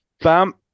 Bam